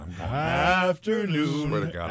afternoon